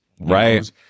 right